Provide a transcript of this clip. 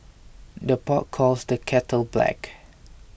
the pot calls the kettle black